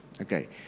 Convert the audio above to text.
Okay